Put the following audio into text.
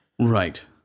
right